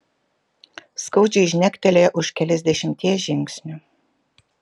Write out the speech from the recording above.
skaudžiai žnektelėjo už keliasdešimties žingsnių